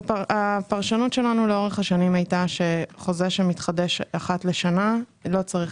הפרשנות שלנו לאורך השנים הייתה שחוזה שמתחדש אחת לשנה לא צריך